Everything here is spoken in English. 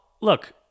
look